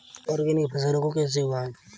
Organic फसल को कैसे उगाएँ?